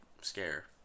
scare